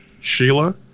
Sheila